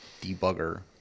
debugger